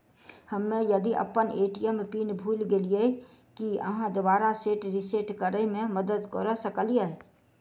हम्मे यदि अप्पन ए.टी.एम पिन भूल गेलियै, की अहाँ दोबारा सेट रिसेट करैमे मदद करऽ सकलिये?